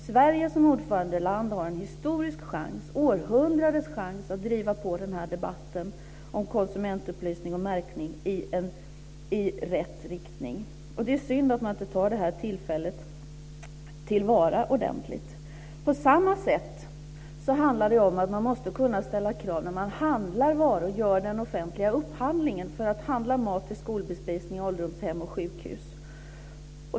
Sverige som ordförandeland har en historisk chans, århundradets chans, att driva på debatten om konsumentupplysning och märkning i rätt riktning. Det är synd att man inte tar det här tillfället till vara ordentligt. På samma sätt handlar det om att man måste kunna ställa krav när man handlar varor, när man gör den offentliga upphandlingen för att handla mat till skolbespisningar, ålderdomshem och sjukhus.